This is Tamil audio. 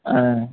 ஆ